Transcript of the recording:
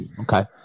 Okay